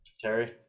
terry